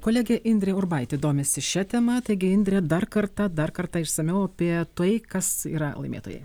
kolegė indrė urbaitė domisi šia tema taigi indrė dar kartą dar kartą išsamiau apie tai kas yra laimėtojai